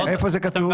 איפה זה כתוב?